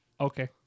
Okay